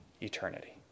eternity